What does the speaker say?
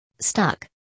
Stuck